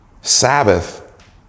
Sabbath